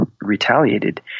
retaliated